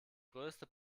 größte